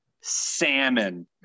salmon